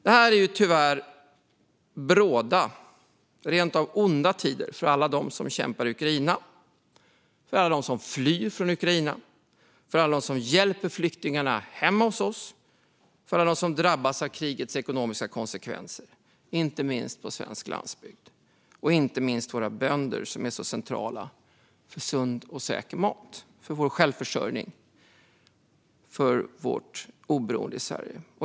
Det här är tyvärr bråda, rent av onda, tider för alla dem som kämpar i Ukraina, för alla dem som flyr från Ukraina, för alla dem som hjälper flyktingarna hemma hos oss, för alla dem som drabbas av krigets ekonomiska konsekvenser, inte minst för svensk landsbygd och våra bönder som är så centrala för sund och säker mat - för vår självförsörjning och vårt oberoende i Sverige.